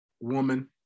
woman